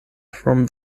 from